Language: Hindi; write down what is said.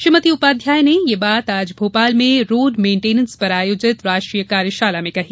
श्रीमती उपाध्याय ने यह बात आज भोपाल में रोड मेन्टीनेन्स पर आयोजित राष्ट्रीय कार्यशाला में कहीं